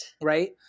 right